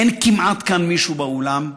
אין כמעט מישהו כאן, באולם,